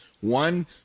One